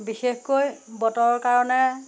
বিশেষকৈ বতৰৰ কাৰণে